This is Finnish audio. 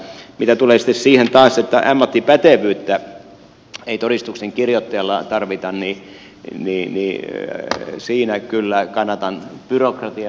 mitä tulee sitten siihen taas että ammattipätevyyttä ei todistuksen kirjoittaja tarvitse niin siinä kyllä kannatan byrokratiaa